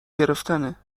گرفتنه